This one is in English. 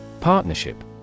Partnership